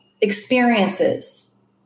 experiences